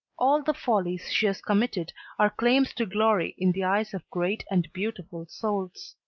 all the follies she has committed are claims to glory in the eyes of great and beautiful souls.